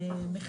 דיגיטציה,